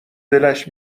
دلش